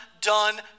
done